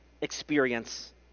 experience